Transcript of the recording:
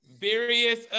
various